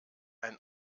ein